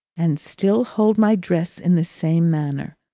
and still hold my dress in the same manner.